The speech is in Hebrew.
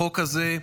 החוק הזה,